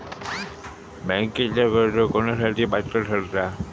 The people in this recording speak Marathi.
बँकेतला कर्ज कोणासाठी पात्र ठरता?